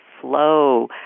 flow